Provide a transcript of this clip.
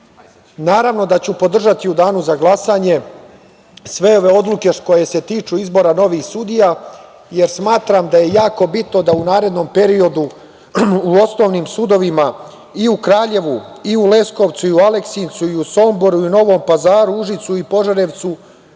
naravno da ću podržati u danu za glasanje sve ove odluke koje se tiču izbora novih sudija, jer smatram da je jako bitno da u narednom periodu u osnovnim sudovima i u Kraljevu, i u Leskovcu, i u Aleksincu, i u Somboru, i u Novom Pazaru, Užicu, i Požarevcu